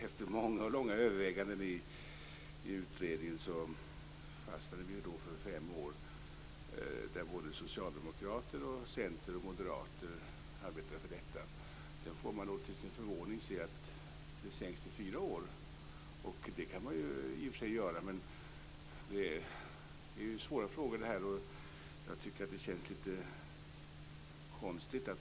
Efter många och långa överväganden i utredningen fastnade vi för fem år, där både socialdemokrater, centerpartister och moderater arbetade för detta. Sedan får man till sin förvåning se att det sänks till fyra år. Det kan man i och för sig göra, men det är svåra frågor, och jag tycker att det är litet konstigt.